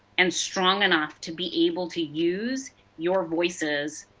and strong enough to be able to use your voices